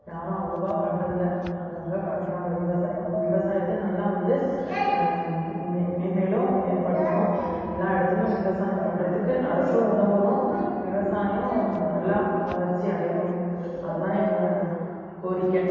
யாரும் அவ்வளோவா பண்ணுறதில்ல அங்கங்கே பண்ணுறாங்க விவசாயம் விவசாயத்தை நல்லா வந்து மெ மென்மேலும் மேம்படுத்தணும் எல்லா இடத்துலையும் விவசாயம் பண்ணுறதுக்கு அரசும் உதவணும் விவசாயம் நல்லா வளர்ச்சி அடையணும் அதுதான் எங்கள் கோரிக்கை